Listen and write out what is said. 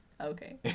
Okay